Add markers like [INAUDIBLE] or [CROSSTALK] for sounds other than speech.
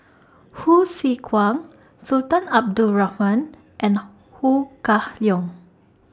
[NOISE] Hsu Tse Kwang Sultan Abdul Rahman and Ho Kah Leong